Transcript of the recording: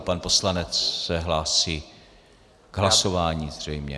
Pan poslanec se hlásí k hlasování zřejmě.